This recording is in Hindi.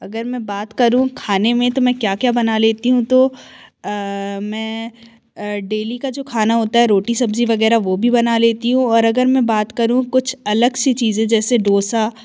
अगर मैं बात करूँ खाने में तो मैं क्या क्या बना लेती हूँ तो मैं डेली का खाना होता है रोटी सब्जी वगैरह वो भी बना लेती हूँ और अगर मैं बात करूँ कुछ अलग सी चीज़ें जैसे डोसा